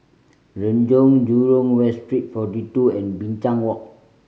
Renjong Jurong West Street Forty Two and Binchang Walk